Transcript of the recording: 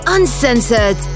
Uncensored